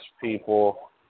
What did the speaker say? people